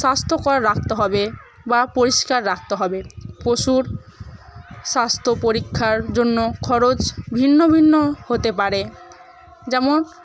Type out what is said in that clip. স্বাস্থ্যকর রাখতে হবে বা পরিষ্কার রাখতে হবে পশুর স্বাস্থ্য পরীক্ষার জন্য খরচ ভিন্ন ভিন্ন হতে পারে যেমন